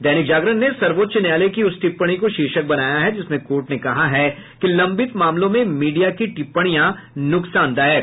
दैनिक जागरण ने सर्वोच्च न्यायालय की उस टिप्पणी को शीर्षक बनाया है जिसमें कोर्ट ने कहा है कि लंबित मामलों में मीडिया की टिप्पणियां नुकसानदायक